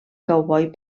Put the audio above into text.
cowboy